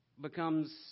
becomes